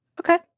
Okay